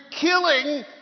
killing